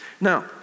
Now